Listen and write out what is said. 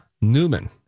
Newman